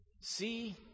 See